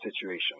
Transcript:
situation